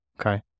Okay